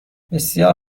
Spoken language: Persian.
بسیار